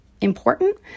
important